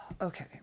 Okay